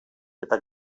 eta